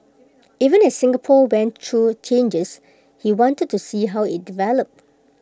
even as Singapore went through changes he wanted to see how IT developed